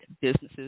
businesses